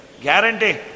guarantee